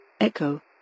Echo